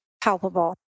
palpable